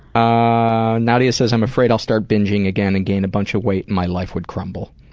ah nadia says, i'm afraid i'll start binging again and gain a bunch of weight and my life would crumble.